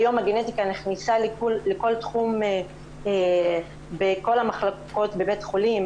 היום הגנטיקה נכנסה לכל תחום בכל מחלקות בתי החולים,